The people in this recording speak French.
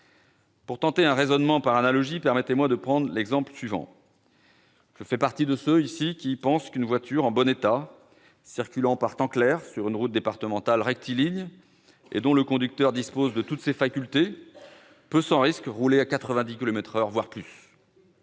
Pour tenter un raisonnement par analogie, permettez-moi de prendre l'exemple suivant. Je fais partie de ceux qui pensent qu'une voiture en bon état, circulant par temps clair, sur une route départementale rectiligne et dont le conducteur dispose de toutes ses facultés peut sans risque rouler à 90 kilomètres par heure,